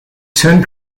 turned